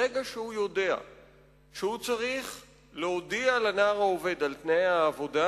ברגע שהוא יודע שהוא צריך להודיע לנער העובד על תנאי העבודה,